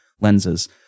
lenses